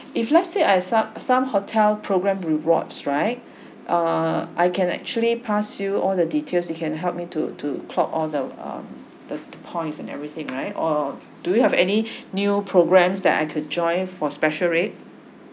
if let's say I sub~ some hotel programme rewards right err I can actually pass you all the details you can help me to to clock all the err the points and everything right or do you have any new programmes that I could join for special rate